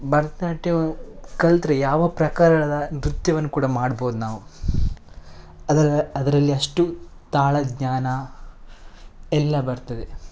ಭರತನಾಟ್ಯ ಕಲಿತ್ರೆ ಯಾವ ಪ್ರಕಾರದ ನೃತ್ಯವನ್ನೂ ಕೂಡ ಮಾಡ್ಬೋದು ನಾವು ಅದರ ಅದರಲ್ಲಿ ಅಷ್ಟು ತಾಳ ಜ್ಞಾನ ಎಲ್ಲ ಬರ್ತದೆ